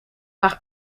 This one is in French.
par